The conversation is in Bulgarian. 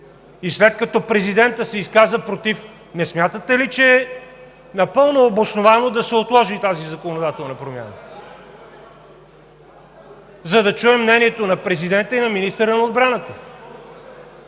След като президентът се изказа против, не смятате ли, че е напълно обосновано да се отложи тази законодателна промяна, за да чуем мнението на президента и на министъра на отбраната?